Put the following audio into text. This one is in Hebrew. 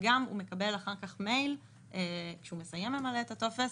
הוא גם מקבל אחר כך מייל כשהוא מסיים למלא את הטופס,